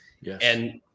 Yes